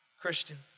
Christian